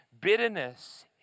bitterness